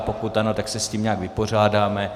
Pokud ano, tak se s tím nějak vypořádáme.